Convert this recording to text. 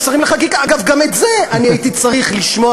גם את זה אני הייתי צריך לשמוע,